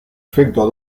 efecto